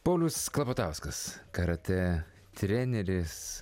paulius klapatauskas karatė treneris